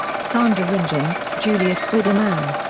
sandra rendgen, julius wiedemann.